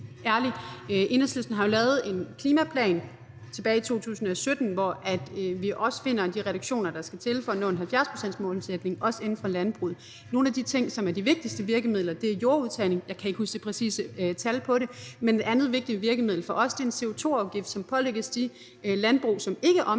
ærlig. Enhedslisten har lavet en klimaplan tilbage i 2017, hvor vi også finder de reduktioner, der skal til for at nå en 70-procentsmålsætning, også inden for landbruget. En af de ting, som er et af de vigtigste virkemidler, er jordudtagning – jeg kan ikke huske det præcise tal på det. Og et andet vigtigt virkemiddel for os er en CO2-afgift, som pålægges de landbrug, som ikke omstiller,